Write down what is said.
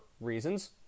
reasons